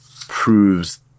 proves